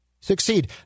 succeed